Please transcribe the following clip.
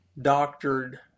doctored